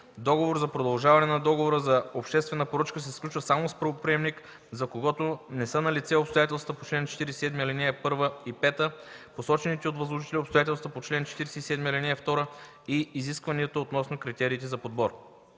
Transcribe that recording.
Договор за продължаване на договора за обществена поръчка се сключва само с правоприемник, за когото не са налице обстоятелствата по чл. 47, ал. 1 и 5, посочените от възложителя обстоятелства по чл. 47, ал. 2 и изискванията относно критериите за подбор.